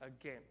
again